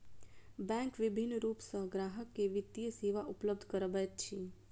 bank विभिन्न रूप सॅ ग्राहक के वित्तीय सेवा उपलब्ध करबैत अछि